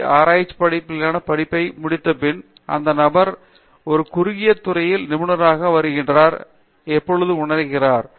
D ஆராய்ச்சி அடிப்படையிலான பட்டப்படிப்பை முடித்தபின் அந்த நபர் மாணவர் ஒரு குறுகிய துறையில் நிபுணராக மாறி வருகிறார் என்று எப்பொழுதும் உணருகிறார்